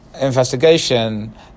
investigation